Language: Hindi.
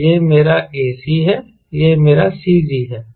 यह मेरा ac है यह मेरा CG है